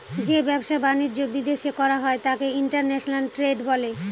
যে ব্যবসা বাণিজ্য বিদেশ করা হয় তাকে ইন্টারন্যাশনাল ট্রেড বলে